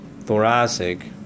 thoracic